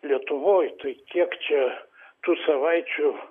lietuvoj tai kiek čia tų savaičių